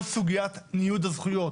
כל סוגיית ניוד הזכויות,